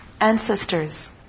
ancestors